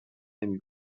نمی